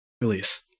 release